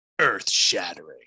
earth-shattering